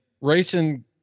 racing